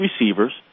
receivers